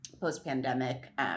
post-pandemic